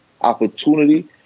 opportunity